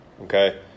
Okay